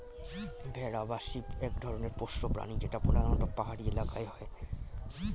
ভেড়া বা শিপ এক ধরনের পোষ্য প্রাণী যেটা প্রধানত পাহাড়ি এলাকায় হয়